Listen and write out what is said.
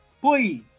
please